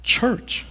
Church